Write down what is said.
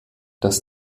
dass